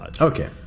Okay